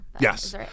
Yes